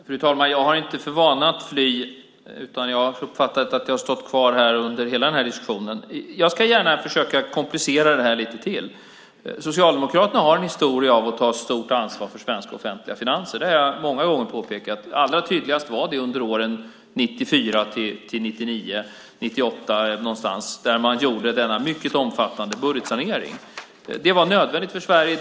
Fru talman! Jag har inte för vana att fly. Jag har uppfattat att jag har stått kvar här under hela diskussionen. Jag ska gärna försöka komplicera det här lite till. Socialdemokraterna har en historia av att ta stort ansvar för svenska offentliga finanser. Det har jag många gånger påpekat. Allra tydligast var det under åren 1994-1998 eller 1999, då man gjorde denna mycket omfattande budgetsanering. Det var nödvändigt för Sverige.